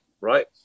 right